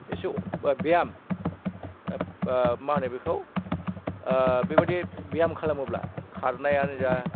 एसे बा बियाम मा होनो बेखौ बेबायदि बियाम खालामोब्ला खारनायानो जा